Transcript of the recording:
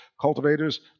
cultivators